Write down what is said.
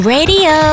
Radio